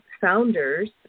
founders